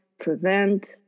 prevent